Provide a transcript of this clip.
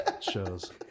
Shows